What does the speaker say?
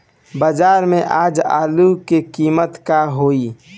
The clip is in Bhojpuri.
बाजार में आज आलू के कीमत का होई?